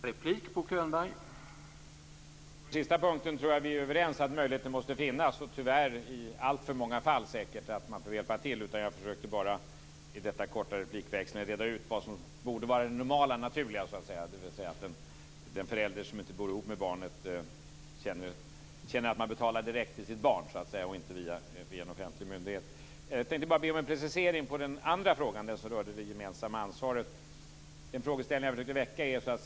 Herr talman! När det gäller den sista punkten tror jag att vi är överens. Möjligheten måste finnas. Tyvärr får man säkert hjälpa till i alltför många fall. Jag försökte bara i denna korta replikväxling reda ut vad som borde vara det normala och naturliga, dvs. att den förälder som inte bor i hop med barnet betalar direkt till sitt barn och inte via en offentlig myndighet. Jag tänkte bara be om en precisering när det gäller den andra frågan, om det gemensamma ansvaret. Jag försökte väcka en frågeställning.